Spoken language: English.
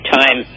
time